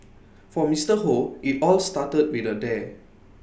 for Mister Hoe IT all started with A dare